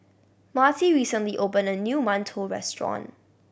Marty recently opened a new mantou restaurant